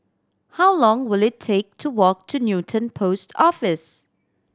how long will it take to walk to Newton Post Office